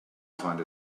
find